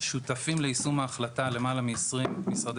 שותפים ליישום ההחלטה יותר מעשרים משרדי